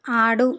ఆడు